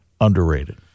underrated